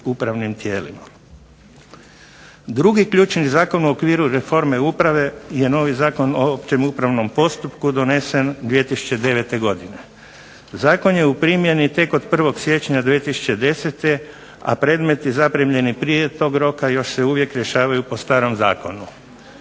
Drugi ključni zakon u okviru reforme uprave je novi Zakon o općem upravnom postupku donesen 2009. godine. Zakon je u primjeni tek od 1. siječnja 2010. a predmet je zaprimljen i prije tog roka. Još se uvijek rješavaju po starom zakonu.